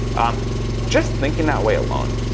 um just thinking that way alone,